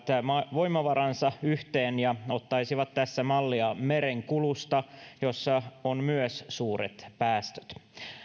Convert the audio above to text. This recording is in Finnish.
voimavaransa yhteen ja ottaisi tässä mallia merenkulusta jossa on myös suuret päästöt